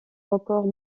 records